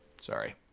Sorry